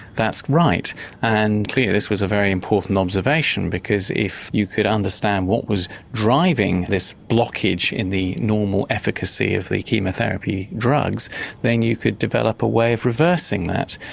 that's right and clearly this was a very important observation because if you could understand what was driving this blockage in the normal efficacy of the chemotherapy drugs then you could develop a way of reversing that.